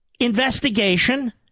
investigation